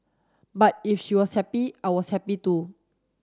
but if she was happy I was happy too